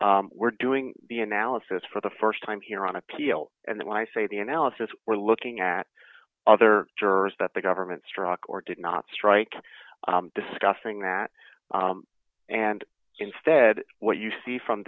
we're doing the analysis for the st time here on appeal and then when i say the analysis we're looking at other jurors that the government struck or did not strike discussing that and instead what you see from